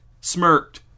smirked